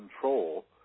control